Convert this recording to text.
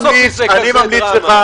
לא צריך לעשות מזה כזאת דרמה.